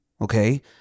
okay